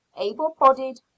Able-bodied